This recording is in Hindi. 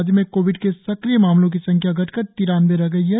राज्य में कोविड के सक्रिय मामलों की संख्या घटकर तिरानबे रह गई है